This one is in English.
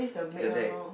is a deck